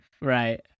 right